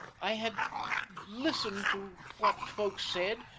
i had listened to what folks said.